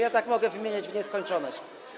Ja tak mogę wymieniać w nieskończoność.